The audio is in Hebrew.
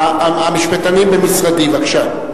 המשפטנים במשרדי, בבקשה.